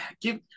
give